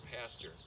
pastor